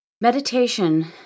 Meditation